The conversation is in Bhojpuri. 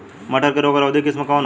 मटर के रोग अवरोधी किस्म कौन होला?